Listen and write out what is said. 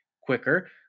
quicker